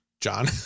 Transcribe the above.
john